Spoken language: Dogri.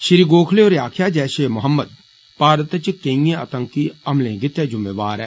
श्री गोखले होरें आक्खेआ जेष ए मोहम्मद भारत च केइएं आतंकी हमलें गितै जुम्मेवार ऐ